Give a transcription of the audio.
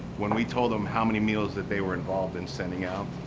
when we told them how many meals that they were involved in sending out,